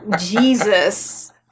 Jesus